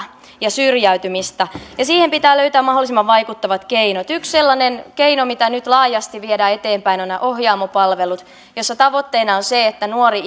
ja syrjäytymistä ja siihen pitää löytää mahdollisimman vaikuttavat keinot yksi sellainen keino mitä nyt laajasti viedään eteenpäin on nämä ohjaamo palvelut jossa tavoitteena on se että nuori